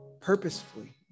purposefully